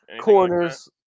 Corners